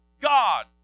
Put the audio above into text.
God